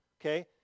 Okay